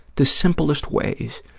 the simplest ways